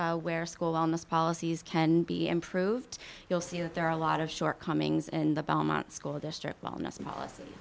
where school almost policies can be improved you'll see that there are a lot of shortcomings in the belmont school district wellness policy